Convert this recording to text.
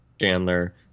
Chandler